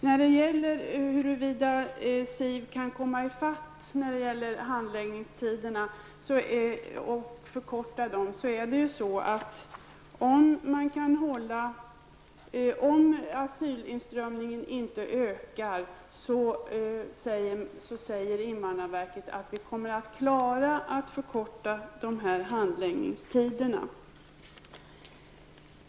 När det gäller huruvida statens invandrarverk kan arbeta i kapp beträffande ärendena och förkorta handläggningstiderna säger man från invandrarverket, att om asylinströmningen inte ökar, kommer man att klara av att förkorta dessa handläggningstider.